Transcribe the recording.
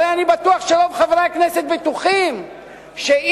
הרי אני בטוח שרוב חברי הכנסת בטוחים שאם